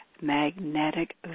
magnetic